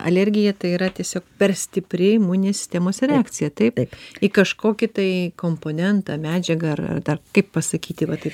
alergija tai yra tiesiog per stipri imuninės sistemos reakcija taip į kažkokį tai komponentą medžiagą ar dar kaip pasakyti va taip